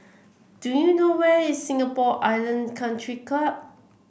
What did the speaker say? do you know where is Singapore Island Country Club